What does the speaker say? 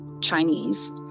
Chinese